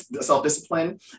self-discipline